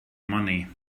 money